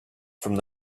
from